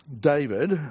David